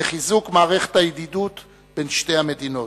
לחיזוק הידידות בין שתי המדינות.